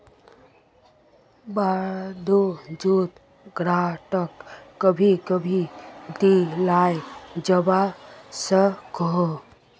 वाय्सायेत ग्रांट कभी कभी दियाल जवा सकोह